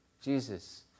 Jesus